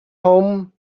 home